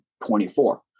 24